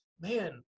man